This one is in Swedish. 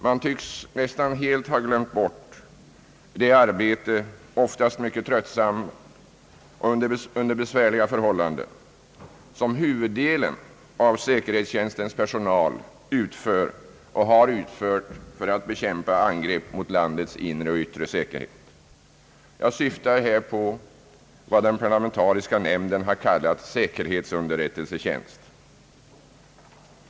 Man tycks nästan helt ha glömt bort det arbete, oftast mycket tröttsamt under besvärliga förhållanden, som huvuddelen av säkerhetstjänstens personal utför och har utfört för att bekämpa angrepp mot landets inre och yttre säkerhet. Jag syftar på vad den parlamentariska nämnden har kallat säkerhetsunderrättelsetjänsten.